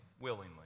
willingly